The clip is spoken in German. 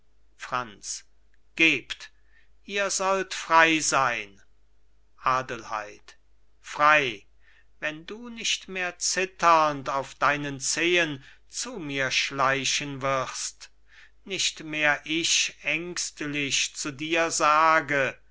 franz gebt ihr sollt frei sein adelheid frei wenn du nicht mehr zitternd auf deinen zehen zu mir schleichen wirst nicht mehr ich ängstlich zu dir sage